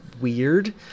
weird